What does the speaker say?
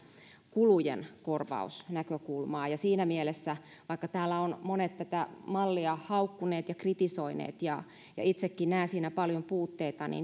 kulujen korvausnäkökulmaa siinä mielessä vaikka täällä ovat monet tätä mallia haukkuneet ja kritisoineet ja ja itsekin näen siinä paljon puutteita